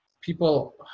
people